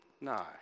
No